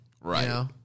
Right